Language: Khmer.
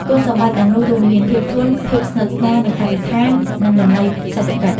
គុណសម្បត្តិទាំងនោះរួមមាន ភាពធន់ ភាពស្និទ្ធស្នាលនឹងបរិស្ថាន និងតម្លៃសេដ្ឋកិច្ច។